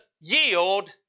yield